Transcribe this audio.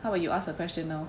how about you ask a question now